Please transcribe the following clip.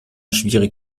schwierig